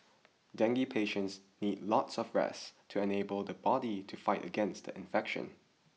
dengue patients need lots of rest to enable the body to fight against the infection